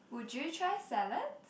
would you try salads